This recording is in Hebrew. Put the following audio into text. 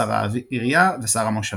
שר האווירייה ושר המושבות.